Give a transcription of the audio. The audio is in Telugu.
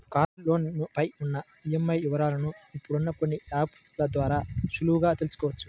కారులోను పై ఉన్న ఈఎంఐల వివరాలను ఇప్పుడు కొన్ని యాప్ ల ద్వారా సులువుగా తెల్సుకోవచ్చు